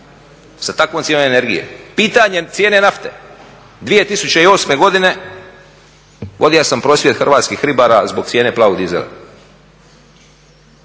sa takvom cijenom energije. Pitanjem cijene nafte 2008. godine vodio sam prosvjed Hrvatskih ribara zbog cijene plavog diesela.